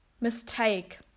mistake